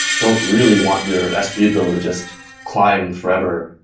don't really want your s three bill to just climb forever.